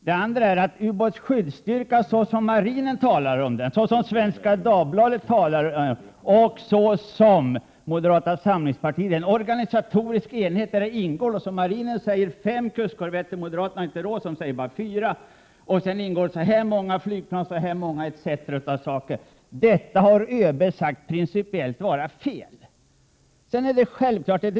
Den ubåtsskyddsstyrka som marinen, Svenska Dagbladet och moderata samlingspartiet talar om är en organisatorisk enhet där det bl.a. ingår ett antal kustkorvetter — marinen säger fem, medan moderaterna inte har råd med fler än fyra. Dessutom ingår ett visst antal andra fartyg, helikoptrar, flygplan osv. Detta har ÖB sagt vara ett principiellt felaktigt sätt att se på resurser.